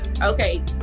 okay